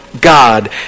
God